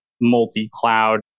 multi-cloud